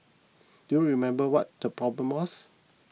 do you remember what the problem was